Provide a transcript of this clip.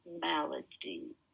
malady